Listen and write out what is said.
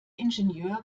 ingenieur